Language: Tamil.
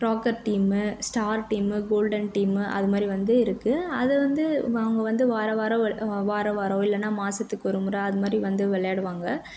rocker team star team golden team அது மாதிரி வந்து இருக்குது அதை வந்து இப்போ அவங்க வந்து வாரம் வாரம் வி வாரம் வாரம் இல்லான்னா மாசத்துக்கு ஒரு முறை அது மாதிரி வந்து விளையாடுவாங்க